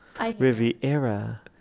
Riviera